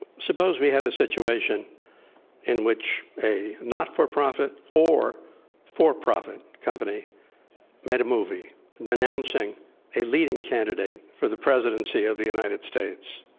suppose we had a situation in which a not for profit or for profit company made a movie denouncing a leading candidate for the presidency of the united states.